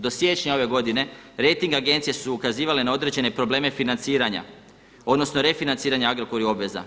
Do siječnja ove godine rejting agencije su ukazivale na određene probleme financiranja, odnosno refinanciranja u Agrokoru obveza.